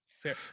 fair